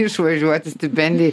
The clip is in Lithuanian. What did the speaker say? išvažiuoti stipendiją